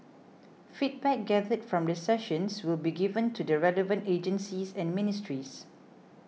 feedback gathered from the sessions will be given to the relevant agencies and ministries